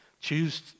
Choose